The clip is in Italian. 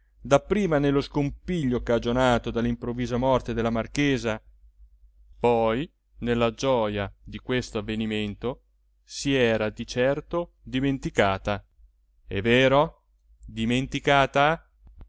signorina dapprima nello scompiglio cagionato dall'improvvisa morte della marchesa poi nella gioja di questo avvenimento si era di certo dimenticata è vero dimenticata